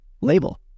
label